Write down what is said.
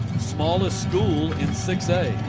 the smallest school in six a.